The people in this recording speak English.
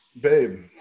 babe